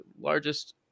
largest